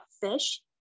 fish